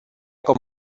com